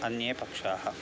अन्ये पक्षाः